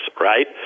right